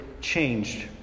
changed